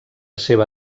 seva